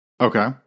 Okay